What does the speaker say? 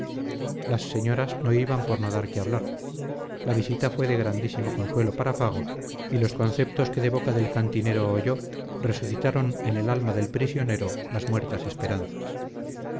las señoras no iban por no dar que hablar la visita fue de grandísimo consuelo para fago y los conceptos que de boca del cantinero oyó resucitaron en el alma del prisionero las muertas esperanzas